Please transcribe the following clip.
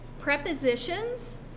prepositions